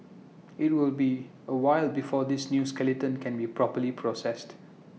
IT will be A while before this new skeleton can be properly processed